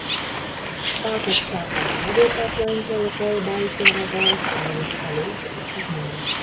vakar šią kapavietę aplankė lukoil baltija vadovas ivanas paleičikas su žmona